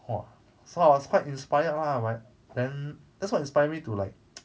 !wah! so I was quite inspired lah but then that's what inspire me to like